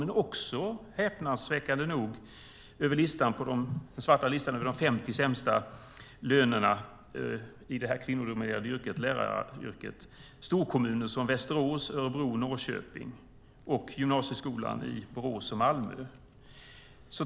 Men häpnadsväckande nog finns på den svarta listan över de 50 sämsta lönerna i det kvinnodominerade läraryrket också storkommuner som Västerås, Örebro, Norrköping och gymnasieskolan i Borås och Malmö.